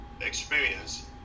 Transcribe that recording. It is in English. experience